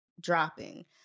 dropping